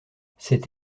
cette